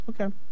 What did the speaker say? Okay